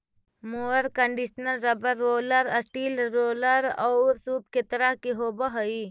mower conditioner rubber roller, steel roller औउर सूप के तरह के होवऽ हई